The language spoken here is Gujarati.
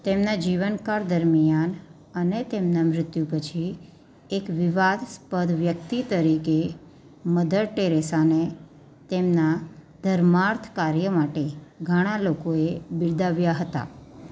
તેમનાં જીવનકાળ દરમ્યાન અને તેમનાં મૃત્યુ પછી એક વિવાદાસ્પદ વ્યક્તિ તરીકે મધર ટેરેસાને તેમનાં ધર્માર્થ કાર્ય માટે ઘણાં લોકોએ બિરદાવ્યાં હતાં